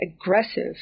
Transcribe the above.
aggressive